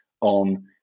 on